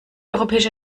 europäische